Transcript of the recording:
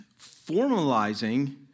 formalizing